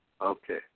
Okay